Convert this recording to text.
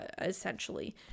essentially